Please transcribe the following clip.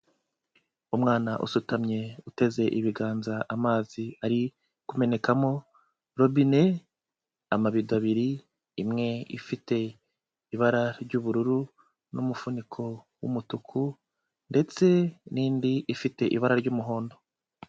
Umwana usutamye, uteze ibiganza amazi ari kumenekamo, robine, amabido abiri, imwe ifite ibara ry'ubururu n'umufuniko w'umutuku, ndetse n'indi ifite ibara ry'umuhondo.